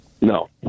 No